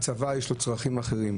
לצבא יש צרכים אחרים.